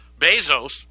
bezos